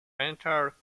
entire